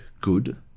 good